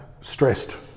stressed